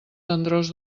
tendrors